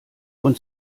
und